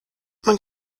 man